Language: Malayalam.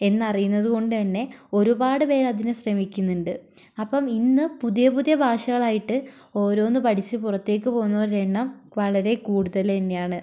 എന്നറിയുന്നത് കൊണ്ടുതന്നെ ഒരുപാടു പേരതിനു ശ്രമിക്കുന്നുണ്ട് അപ്പം ഇന്ന് പുതിയ പുതിയ ഭാഷകളായിട്ട് ഓരോന്ന് പഠിച്ച് പുറത്തേക്ക് പോകുന്നവരുടെ എണ്ണം വളരെ കൂടുതൽ തന്നെയാണ്